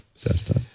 desktop